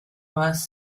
más